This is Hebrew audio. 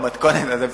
במתכונת הזו,